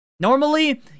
Normally